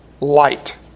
light